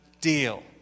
deal